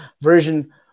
Version